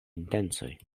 intencoj